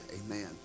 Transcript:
amen